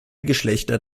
geschlechter